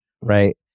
right